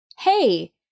Hey